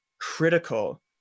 critical